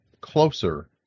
closer